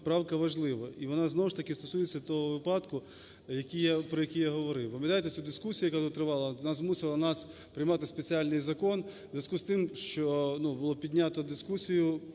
правка важлива і вона знову ж таки стосується того випадку, про який я говорив. Пам'ятаєте цю дискусію, яка тут тривала? Вона змусила нас приймати спеціальний закон у зв'язку з тим, що було піднято дискусію